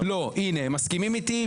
לא, הנה, הם מסכימים איתי.